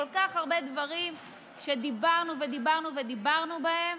כל כך הרבה דברים שדיברנו ודיברנו ודיברנו בהם